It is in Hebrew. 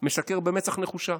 משקר במצח נחושה.